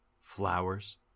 flowers